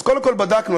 אז קודם כול בדקנו.